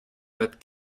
that